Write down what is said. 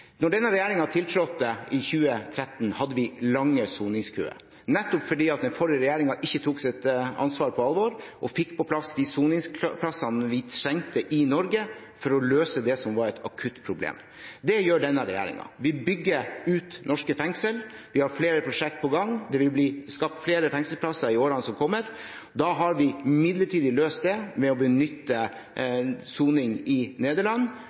denne regjeringen tiltrådte i 2013, hadde vi lange soningskøer, nettopp fordi den forrige regjeringen ikke tok sitt ansvar på alvor og fikk på plass de soningsplassene vi trengte, i Norge, for å løse det som var et akutt problem. Det gjør denne regjeringen. Vi bygger ut norske fengsler, vi har flere prosjekter på gang, det vil bli skapt flere fengselsplasser i årene som kommer, og da har vi midlertidig løst det ved å benytte soning i Nederland.